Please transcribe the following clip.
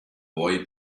boy